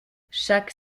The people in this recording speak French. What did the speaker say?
chaque